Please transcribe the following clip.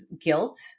guilt